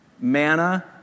Manna